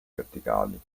verticali